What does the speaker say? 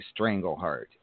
Strangleheart